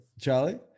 Charlie